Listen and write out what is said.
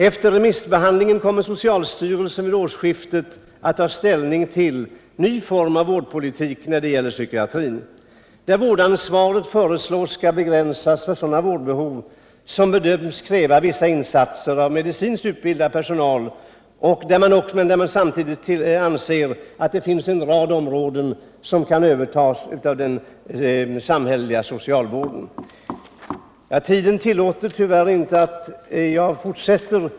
Efter remissbehandlingen kommer socialstyrelsen att vid årsskiftet ta ställning till en ny form av vårdpolitik när det gäller psykiatrin, där vårdansvaret föreslås bli begränsat för sådana vårdbehov som bedöms kräva vissa insatser av medicinskt utbildad personal. Men socialstyrelsen anser också att det finns en rad områden som kan övertas av den samhälleliga socialvården. Tiden tillåter tyvärr inte att jag fortsätter.